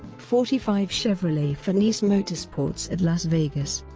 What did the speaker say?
forty five chevrolet for niece motorsports at las vegas.